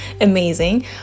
amazing